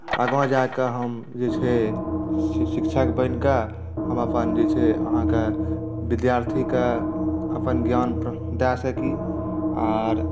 आगाँ जाए कऽ हम जे छै से शिक्षक बनि कऽ हम अपन जे छै अहाँके विद्यार्थीकेँ अपन ज्ञान दए सकी आर